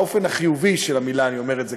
באופן החיובי של המילה אני אומר את זה,